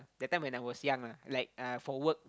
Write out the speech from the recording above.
that time when I was young lah like uh for work